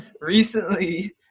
recently